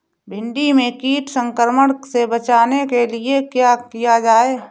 भिंडी में कीट संक्रमण से बचाने के लिए क्या किया जाए?